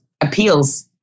appeals